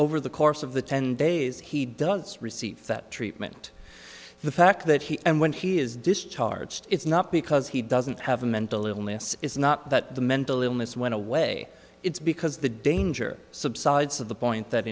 over the course of the ten days he does receive that treatment the fact that he and when he is discharged it's not because he doesn't have a mental illness it's not that the mental illness went away it's because the danger subsides of the point that